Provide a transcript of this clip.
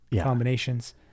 combinations